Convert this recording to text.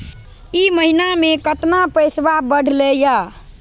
ई महीना मे कतना पैसवा बढ़लेया?